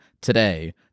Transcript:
today